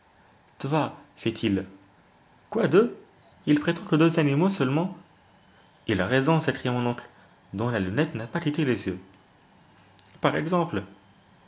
tva fait-il quoi deux il prétend que deux animaux seulement il a raison s'écrie mon oncle dont la lunette n'a pas quitté les yeux par exemple